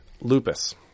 Lupus